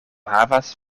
havas